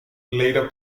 later